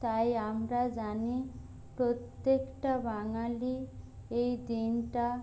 তাই আমরা জানি প্রত্যেকটা বাঙালি এই দিনটা